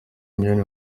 mignonne